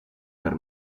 per